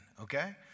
okay